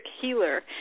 healer